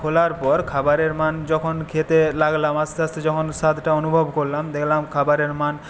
খোলার পর খাবারের মান যখন খেতে লাগলাম আস্তে আস্তে যখন স্বাদটা অনুভব করলাম দেখলাম খাবারের মান